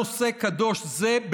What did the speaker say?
נושא קדוש זה,